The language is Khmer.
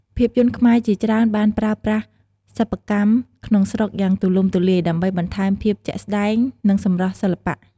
ភាពយន្តខ្មែរជាច្រើនបាន ប្រើប្រាស់សិប្បកម្មក្នុងស្រុកយ៉ាងទូលំទូលាយ ដើម្បីបន្ថែមភាពជាក់ស្តែង និងសម្រស់សិល្បៈ។